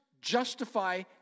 justify